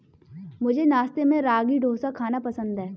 मुझे नाश्ते में रागी डोसा खाना पसंद है